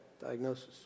diagnosis